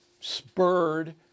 spurred